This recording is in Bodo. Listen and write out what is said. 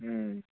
उम